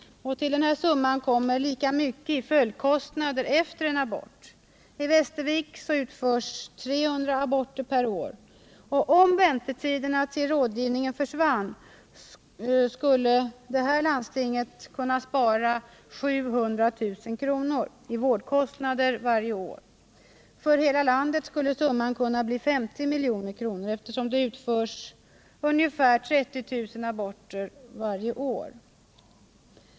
Till denna summa kommer lika mycket Om väntetiderna till rådgivningen försvann, skulle detta landsting kunna spara 700 000 kr. i vårdkostnader varje år. För hela landet skulle summan kunna bli 50 milj.kr., eftersom det utförs ungefär 30 000 aborter varje år.